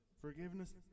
Forgiveness